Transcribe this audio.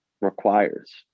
requires